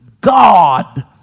God